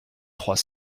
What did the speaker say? trois